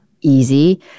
easy